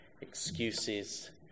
excuses